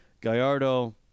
Gallardo